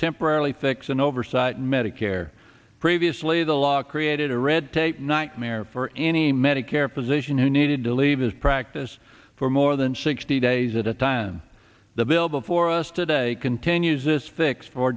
temporarily fix an oversight medicare previously the law created a red tape nightmare for any medicare physician who needed to leave his practice for more than sixty days at a time the bill before us today continues this fix for